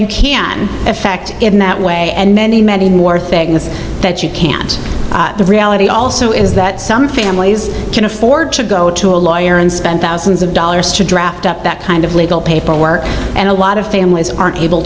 you can affect in that way and many many more things that you can't the reality also is that some families can afford to go to a lawyer and spend thousands of dollars to draft up that kind of legal paperwork and a lot of families aren't able